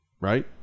Right